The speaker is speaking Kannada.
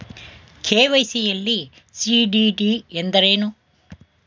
ಕೆ.ವೈ.ಸಿ ಯಲ್ಲಿ ಸಿ.ಡಿ.ಡಿ ಎಂದರೇನು?